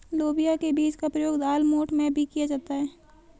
लोबिया के बीज का प्रयोग दालमोठ में भी किया जाता है